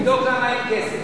ועדת הכספים,